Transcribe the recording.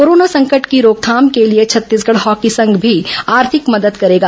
corona संकट की रोकथाम के लिए छत्तीसगढ़ हॉकी संघ भी आर्थिक मदद करेगा